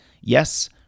Yes